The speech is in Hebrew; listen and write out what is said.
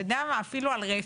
אתה יודע מה, אפילו על רפת,